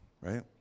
right